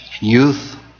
youth